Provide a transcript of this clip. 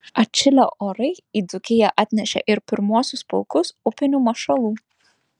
atšilę orai į dzūkiją atnešė ir pirmuosius pulkus upinių mašalų